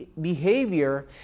behavior